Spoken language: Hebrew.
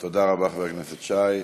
תודה רבה, חבר הכנסת שי.